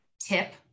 tip